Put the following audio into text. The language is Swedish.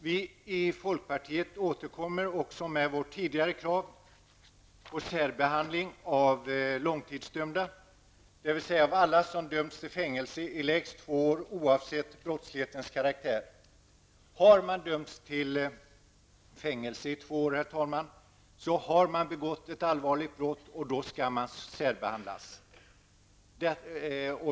Vi i folkpartiet återkommer också med vårt tidigare krav på särbehandling av långtidsdömda, dvs. alla som döms till fängelse i lägst två år oavsett brottslighetens karaktär. Om man har dömts till fängelse i två år, är det begångna brottet allvarligt, och då skall man särbehandlas.